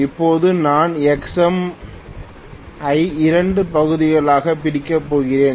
இப்போது நான் Xm ஐ 2 பகுதிகளாக பிரிக்கப் போகிறேன்